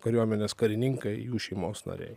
kariuomenės karininkai jų šeimos nariai